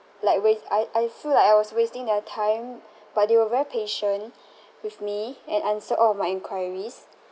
like waste I I feel like I was wasting their time but they were very patient with me and answered all of my enquiries